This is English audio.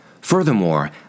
Furthermore